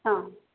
हाँ